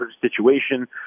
situation